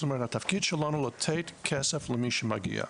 התפקיד שלנו לתת כסף למי שמגיע.